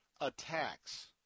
attacks